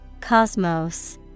Cosmos